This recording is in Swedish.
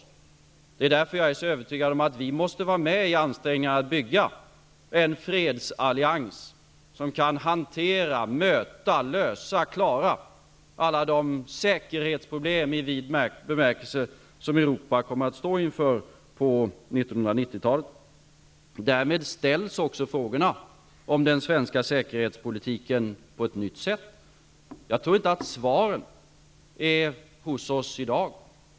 Det är av den anledningen jag är så övertygad om att vi måste vara med i ansträngningarna att bygga en fredsallians som kan hantera, möta, lösa och klara alla de säkerhetsproblem i vid bemärkelse som Europa kommer att stå inför på 1990-talet. Därmed ställs också frågorna om den svenska säkerhetspolitiken på ett nytt sätt. Jag tror inte att vi i dag har svaren.